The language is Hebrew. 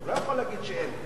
אתה לא יכול להגיד שאין.